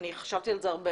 אני חשבתי על זה הרבה.